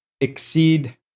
exceed